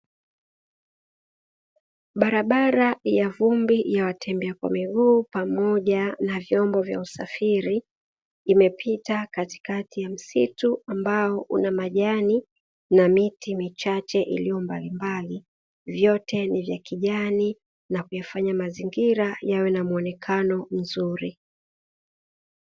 Barabara ya vumbi ya watembea kwa miguu pamoja na vyombo vya usafiri, imepita katikati ya msitu ambao una majani na miti michache iliyo mbalimbali, vyote ni vya kijani na kuyafanya mazingira yawe na muonekano mzuri.